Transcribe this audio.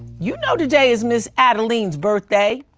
you know today is miz adeline's birthday.